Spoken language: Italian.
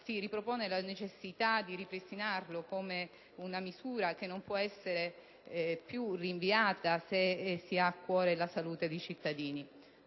si riproponga la necessità di ripristinarlo; una misura che non può essere più rinviata se si ha a cuore la salute dei cittadini.